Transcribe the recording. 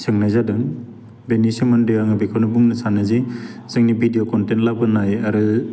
सोंनाय जादों बेनि सोमोन्दै आङो बेखौनो बुंनो सानो जि जोंनि भिडिअ' कन्टेन लाबोनाय आरो